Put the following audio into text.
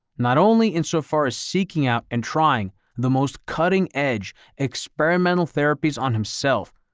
not only in so far as seeking out and trying the most cutting edge experimental therapies on himself,